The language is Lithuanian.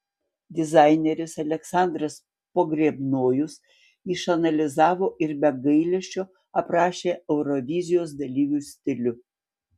dizaineris aleksandras pogrebnojus išanalizavo ir be gailesčio aprašė eurovizijos dalyvių stilių